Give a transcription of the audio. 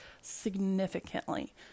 significantly